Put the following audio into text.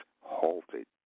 halted